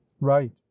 right